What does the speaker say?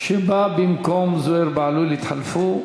שבא במקום זוהיר בהלול, התחלפו.